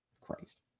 christ